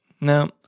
no